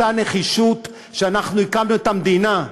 באותה נחישות שהקמנו את המדינה.